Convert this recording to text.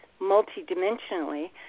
multidimensionally